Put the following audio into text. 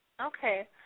Okay